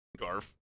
Garf